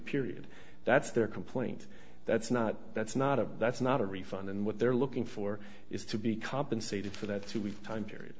period that's their complaint that's not that's not a that's not a refund and what they're looking for is to be compensated for that three week time period